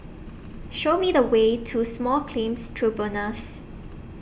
Show Me The Way to Small Claims Tribunals